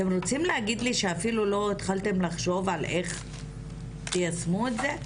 אתם רוצים להגיד לי שאפילו לא התחלתם לחשוב על איך תיישמו את זה?